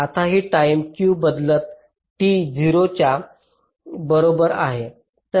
आता ही time Q बदलत t 0 च्या बरोबर आहे